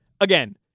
again